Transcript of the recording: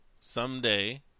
someday